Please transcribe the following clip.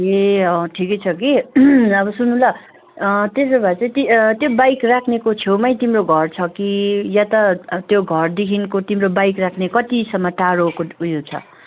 ए ठिकै छ कि अब सुन्नुहोस ल त्यसो भए चाहिँ त्यो बाइक राख्नेको छेउमै तिम्रो घर छ कि या त त्यो घरदेखिको तिम्रो बाइक राख्ने कतिसम्म टाडोको उयो छ